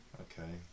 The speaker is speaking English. Okay